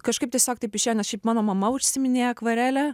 kažkaip tiesiog taip išėjo nes šiaip mano mama užsiiminėja akvarele